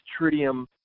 tritium